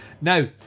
Now